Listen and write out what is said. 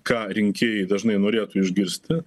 ką rinkėjai dažnai norėtų išgirsti